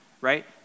Right